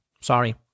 Sorry